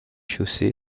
chaussée